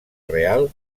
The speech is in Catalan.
real